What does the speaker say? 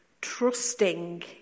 trusting